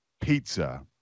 pizza